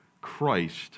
Christ